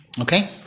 Okay